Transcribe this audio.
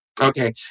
Okay